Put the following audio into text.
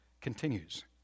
continues